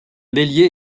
bélier